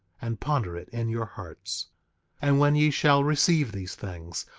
and ponder it in your hearts and when ye shall receive these things,